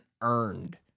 earned